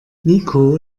niko